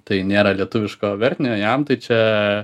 tai nėra lietuviško vertinio jam tai čia